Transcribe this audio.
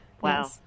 Wow